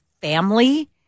family